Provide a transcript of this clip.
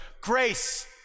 grace